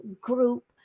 group